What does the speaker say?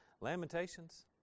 Lamentations